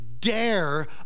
dare